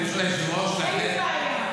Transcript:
אין לי בעיה.